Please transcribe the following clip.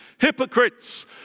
hypocrites